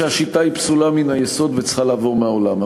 שהשיטה היא פסולה מן היסוד וצריכה לעבור מן העולם.